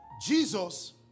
Jesus